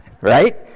Right